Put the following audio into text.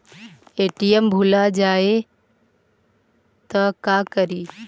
ATM भुला जाये त का करि?